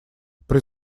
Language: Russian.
при